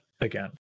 again